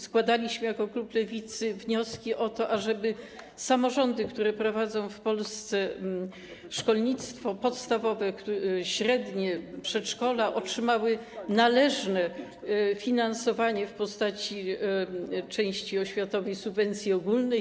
Składaliśmy jako klub Lewicy wnioski o to, żeby samorządy, które prowadzą w Polsce szkolnictwo podstawowe, średnie, przedszkola, otrzymały należne finansowanie w postaci części ogólnej subwencji oświatowej.